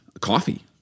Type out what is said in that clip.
Coffee